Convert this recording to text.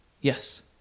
Yes